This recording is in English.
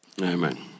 Amen